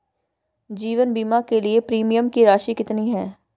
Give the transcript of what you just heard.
जीवन बीमा के लिए प्रीमियम की राशि कितनी है?